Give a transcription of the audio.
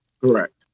Correct